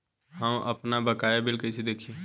हम आपनबकाया बिल कइसे देखि?